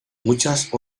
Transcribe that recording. muchas